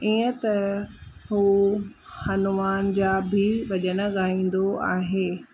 ईअं त हू हनुमान जा बि भॼन ॻाईंदो आहे